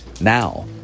Now